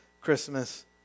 Christmas